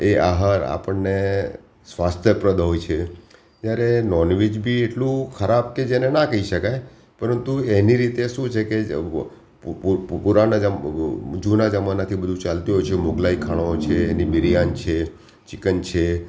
એ આહાર આપણને સ્વાસ્થ્યપ્રદ હોય છે ત્યારે નોનવેજ બી એટલું ખરાબ કે જેને ના કહી શકાય પરંતુ એની રીતે શું છે પુરાના જૂના જમાનાથી બધુ ચાલતું હોય છે મુઘલાઈ ખાણું છે એની બિરિયાની છે ચિકન છે